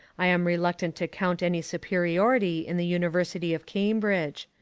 i am reluctant to count any superiority in the university of cambridge.